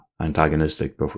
antagonistic